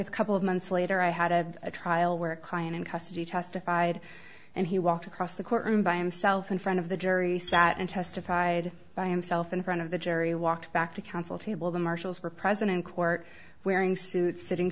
a couple of months later i had to have a trial where a client in custody testified and he walked across the courtroom by himself in front of the jury sat in testified by himself in front of the jury walked back to counsel table the marshals were present in court wearing suits sitting